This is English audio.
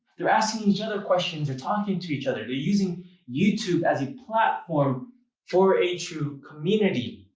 they're asking each other questions. are talking to each other. using youtube as a platform for a true community.